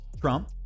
Trump